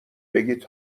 بگید